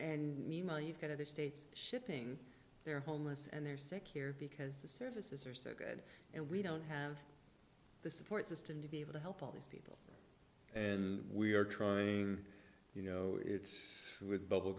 and meanwhile you've got other states shipping their homeless and they're sick here because the services are so good and we don't have the support system to be able to help all these people and we are trying you know it's with bubble